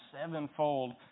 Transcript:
sevenfold